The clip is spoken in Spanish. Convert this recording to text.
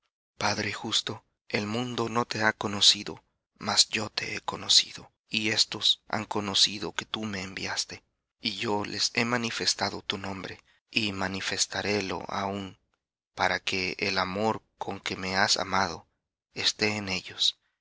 padre justo el mundo no te ha conocido mas yo te he conocido y éstos han conocido que tú me enviaste y yo les he manifestado tu nombre y manifestaré para que el amor con que me has amado esté en ellos